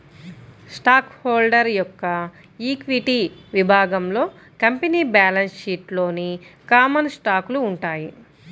stock holder యొక్క equity విభాగంలో company balance షీట్లోని కామన్ స్టాకులు ఉంటాయి